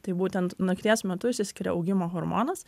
tai būtent nakties metu išsiskiria augimo hormonas